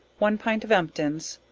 one pint of emptins,